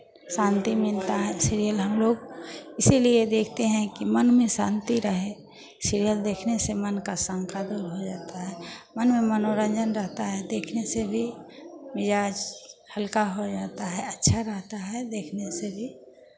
शान्ति मिलता है सीरियल हम लोग इसीलिए देखते हैं कि मन में शान्ति रहे सीरियल देखने से मन का शंका दूर हो जाता है मन में मनोरंजन रहता है देखने से भी मिजाज हल्का हो जाता है अच्छा रहता है देखने से भी